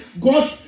God